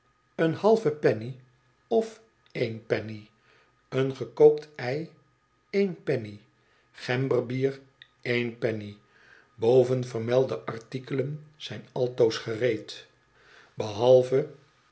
een halve penny of eén penny een gekookt ei eén penny gemberbier eén penny bovenvermelde artikelen zijn altoos gereed behalve